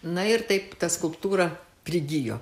na ir taip ta skulptūra prigijo